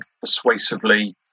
persuasively